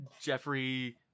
Jeffrey